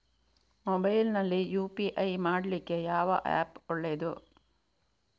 Mobile ನಲ್ಲಿ UPI ಮಾಡ್ಲಿಕ್ಕೆ ಯಾವ ಆ್ಯಪ್ ಒಳ್ಳೇದು?